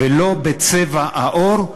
ולא בצבע העור,